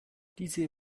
diese